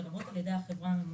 לרבות על ידי החברה הממונה,